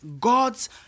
God's